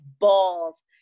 balls